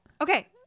okay